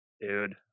Dude